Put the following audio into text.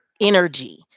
energy